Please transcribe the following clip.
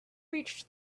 reached